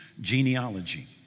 genealogy